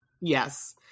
Yes